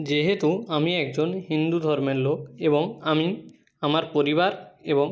যেহেতু আমি একজন হিন্দু ধর্মের লোক এবং আমি আমার পরিবার এবং